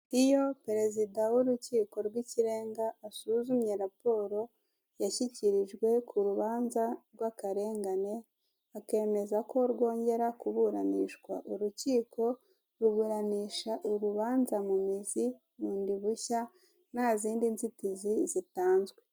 Iyo perezida w'urukiko rw'ikirenga asuzumye raporo yashyikirijwe ku rubanza rw'akarengane akemeza ko rwongera kuburanishwa, urukiko ruburanisha urubanza mu mizi bundi bushya nta zindi nzitizi zitanzwe.